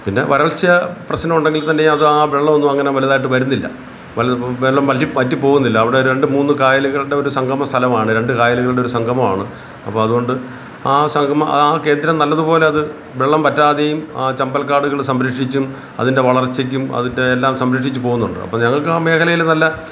പിന്നെ വരൾച്ച പ്രശ്നം ഉണ്ടെങ്കിൽ തന്നെ അത് ആ വെള്ളം ഒന്നും വലുതായിട്ട് വരുന്നില്ല വെള്ളം വറ്റി പോവുന്നില്ല അവിടെ രണ്ട് മൂന്ന് കായലുകളുടെ ഒരു സംഗമ സ്ഥലമാണ് രണ്ട് കായലുകളുടെ ഒരു സംഗമമാണ് അപ്പം അതുകൊണ്ട് ആ സംഗമ ആ കേന്ദ്രം നല്ലതുപോലെ അത് വെള്ളം വറ്റാതെയും ആ ചമ്പൽ കാടുകൾ സംരക്ഷിച്ചും അതിൻ്റെ വളർച്ചയ്ക്കും അതിൻ്റെ എല്ലാം സംരക്ഷിച്ച് പോകുന്നുണ്ട് അപ്പം ഞങ്ങൾക്ക് ആ മേഖലയിൽ നല്ല